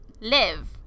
Live